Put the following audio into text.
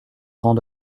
rangs